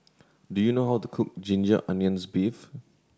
do you know how to cook ginger onions beef